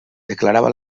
declarava